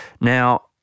Now